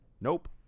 Nope